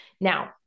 Now